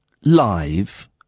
live